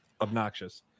obnoxious